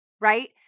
right